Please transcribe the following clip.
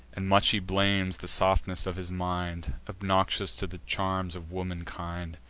and much he blames the softness of his mind, obnoxious to the charms of womankind,